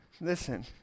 Listen